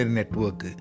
network